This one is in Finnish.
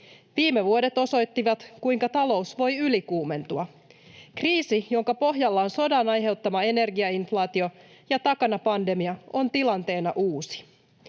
Viime vuodet osoittivat, kuinka talous voi ylikuumentua. Kriisi, jonka pohjalla on sodan aiheuttama energiainflaatio ja takana pandemia, on tilanteena uusi.